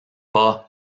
pas